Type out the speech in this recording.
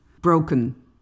broken